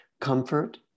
comfort